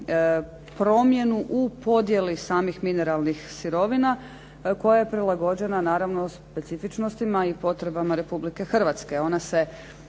promjenu u podjeli samih mineralnih sirovina koja je prilagođena naravno specifičnostima i potrebama Republike Hrvatske.